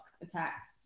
attacks